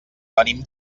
venim